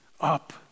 up